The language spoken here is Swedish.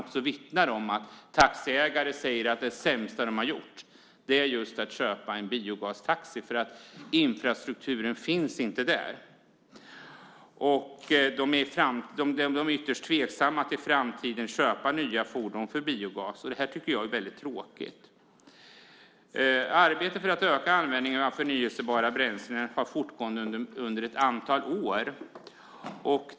Man vittnar också om att taxiägare säger att det sämsta de har gjort är att köpa en biogastaxi. Infrastrukturen finns inte där. De är ytterst tveksamma till att i framtiden köpa nya fordon för biogas. Jag tycker att det här är tråkigt. Arbetet för att öka användningen av förnybara bränslen har pågått under ett antal år.